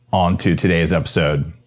on to today's episode.